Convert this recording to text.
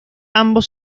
ambos